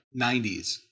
90s